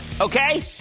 okay